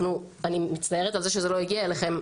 אני מצטערת על כך שזה לא הגיע אליכם.